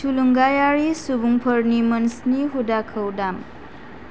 थुलुंगायारि सुबुंफोरनि मोन स्नि हुदाखौ दाम